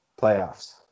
playoffs